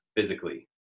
physically